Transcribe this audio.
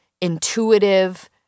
intuitive